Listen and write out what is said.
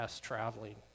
traveling